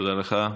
תודה לך.